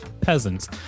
peasants